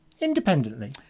independently